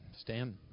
stand